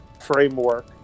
framework